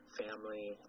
family